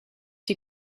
die